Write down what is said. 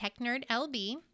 TechNerdLB